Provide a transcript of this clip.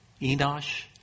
Enosh